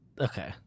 Okay